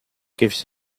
gives